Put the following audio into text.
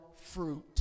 fruit